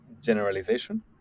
generalization